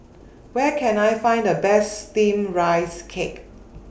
Where Can I Find The Best Steamed Rice Cake